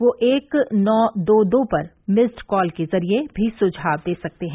वे एक नौ दो दो पर मिस्ड कॉल के जरिए भी सुझाव दे सकते हैं